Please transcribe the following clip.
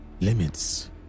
limits